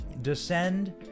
descend